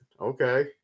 okay